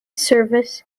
service